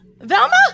Velma